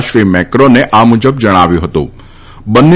દ શ્રી મેક્રોને આ મુજબ જણાવ્યું હતુંબંને